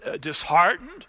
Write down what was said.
disheartened